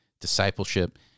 Discipleship